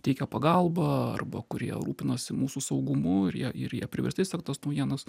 teikia pagalbą arba kurie rūpinasi mūsų saugumu ir jie ir jie priversti sekt tas naujienas